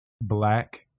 Black